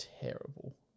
terrible